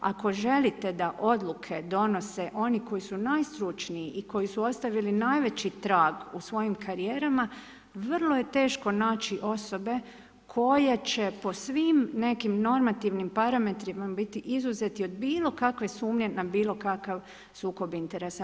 Ako želite da odluke donose oni koji su najstručniji i koji su ostavili najveći trag u svojim karijerama vrlo je teško naći osobe koje će po svim nekim normativnim parametrima biti izuzeti od bilo kakve sumnje na bilo kakav sukob interesa.